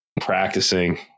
practicing